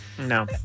No